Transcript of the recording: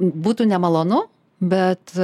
būtų nemalonu bet